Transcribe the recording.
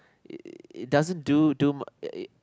it doesn't do do